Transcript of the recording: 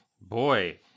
boy